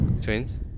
Twins